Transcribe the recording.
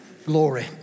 Glory